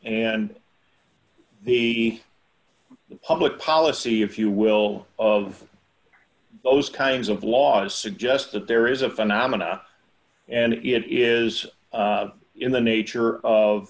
and the public policy if you will of those kinds of laws suggests that there is a phenomena and it is in the nature of